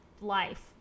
life